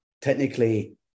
technically